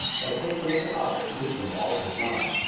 but a kick from mr. parker induced him to alter his mind.